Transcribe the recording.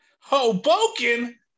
Hoboken